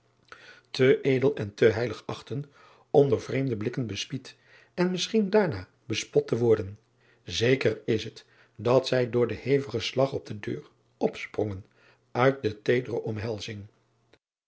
te edel en te heilig achtten om door vreemde blikken bespied en misschien daarna bespot te worden zeker is het dat zij door den hevigen slag op de deur opsprongen uit de teedere omhelzing